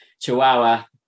chihuahua